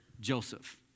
Joseph